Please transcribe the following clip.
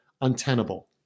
untenable